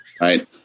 Right